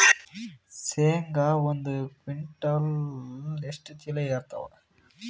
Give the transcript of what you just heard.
ಶೇಂಗಾ ಒಂದ ಕ್ವಿಂಟಾಲ್ ಎಷ್ಟ ಚೀಲ ಎರತ್ತಾವಾ?